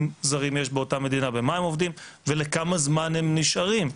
זרים יש באותה מדינה ובמה הם עובדים ולכמה זמן הם נשארים,